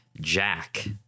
Jack